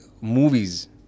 movies